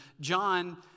John